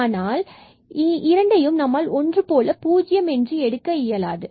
ஆனால் இரண்டையும் நம்மால் ஒன்று போல பூஜ்ஜியம் என எடுக்க இயலாது